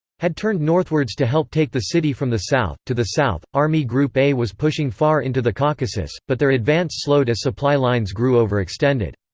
had turned northwards to help take the city from the south to the south, army group a was pushing far into the caucasus, but their advance slowed as supply lines grew overextended.